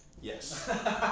Yes